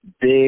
big